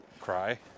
cry